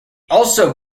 also